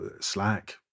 slack